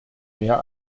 mehr